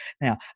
now